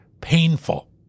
painful